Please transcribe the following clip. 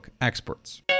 experts